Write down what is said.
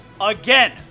again